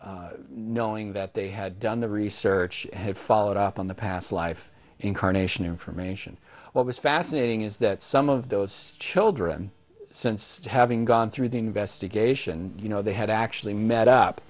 knowing that they had done the research had followed up on the past life incarnation information what was fascinating is that some of those children since having gone through the investigation you know they had actually met up